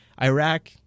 Iraq